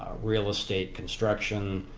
real estate, construction.